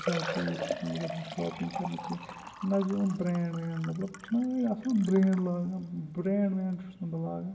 زیادٕ دوٗر چھُس نہٕ بہٕ گژھان شاپِنٛگ کَرنہِ کینٛہہ نہ چھُس بہٕ یِم برٛینٛڈ وینٛڈ مطلب چھِنا أڑۍ آسان برٛینٛڈ لاگان برٛینٛڈ وینٛڈ چھُس نہٕ بہٕ لاگان